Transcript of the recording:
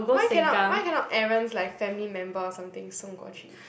why cannot why cannot Aaron's like family member or something 送过去